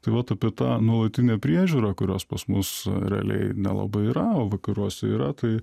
tai vat apie tą nuolatinę priežiūrą kurios pas mus realiai nelabai yra vakaruose yra tai